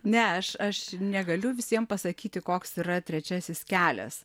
ne aš aš negaliu visiem pasakyti koks yra trečiasis kelias